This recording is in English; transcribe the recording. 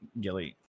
Gilly